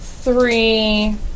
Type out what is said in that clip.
three